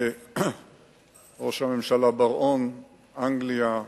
ראש הממשלה בראון, אנגליה,